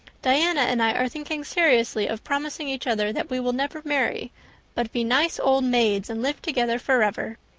diana and i are thinking seriously of promising each other that we will never marry but be nice old maids and live together forever.